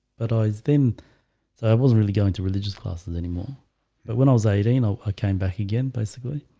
but i then so i wasn't really going to religious classes anymore but when i was eighteen, you know i came back again basically,